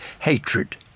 hatred